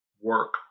work